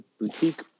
boutique